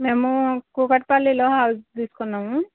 మేము కుకట్పల్లిలో హౌస్ తీసుకున్నాము